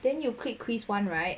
then you click quiz one right